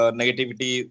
negativity